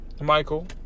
Michael